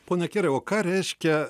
ponia kieri o ką reiškia